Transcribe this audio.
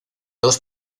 dos